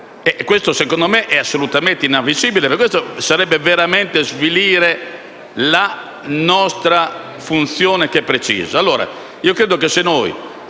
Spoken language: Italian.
Questo, a mio avviso, è assolutamente inammissibile, perché sarebbe veramente svilire la nostra funzione, che è precisa.